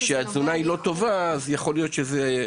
כי כשהתזונה היא לא טובה זה גם יכול להוביל לשם.